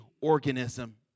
organism